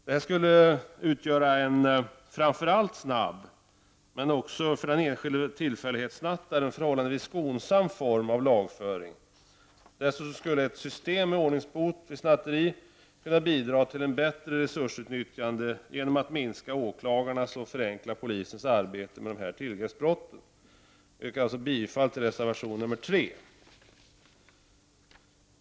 Det skulle framför allt utgöra en snabb, men också en för den enskilde, tillfällighetssnattaren förhållandevis skonsam, form av lagföring. Dessutom skulle ett system med ordningsbot vid snatteri kunna bidra till ett bättre resursutnyttjande genom att det skulle minska åklagarnas och förenkla polisens arbete med dessa tillgreppsbrott. Jag yrkar bifall till reservation nr 3.